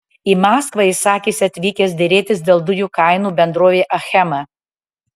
į maskvą jis sakėsi atvykęs derėtis dėl dujų kainų bendrovei achema